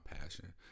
passion